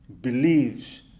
believes